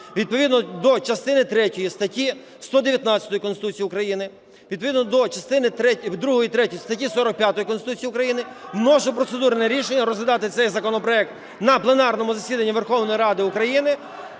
відповідно до частини третьої статті 119 Конституції України, відповідно до частини другої і третьої статті 45 Конституції України може процедурне рішення розглядати цей законопроект на пленарному засіданні Верховної Ради України